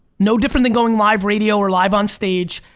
no different than going live radio or live on stage,